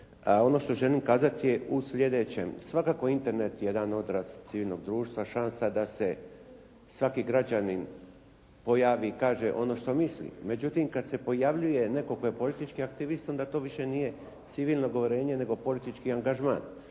ono što želim kazati je u sljedećem. Svakako je Interne jedan odraz civilnog društva, šansa da se svaki građanin pojavi i kaže ono što misli. Međutim, kad se pojavljuje netko tko je politički aktivist onda to više nije civilno govorenje nego politički angažman.